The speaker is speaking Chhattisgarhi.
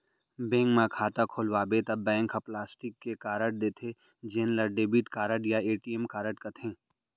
बेंक म खाता खोलवाबे त बैंक ह प्लास्टिक के कारड देथे जेन ल डेबिट कारड या ए.टी.एम कारड कथें